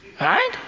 Right